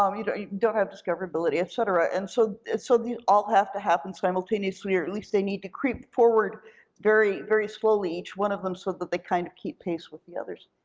um you know you don't have discoverability, et cetera, and so so these all have to happen simultaneously, or at least they need to creep forward very, very slowly, each one of them, so that they kind of keep pace with the others.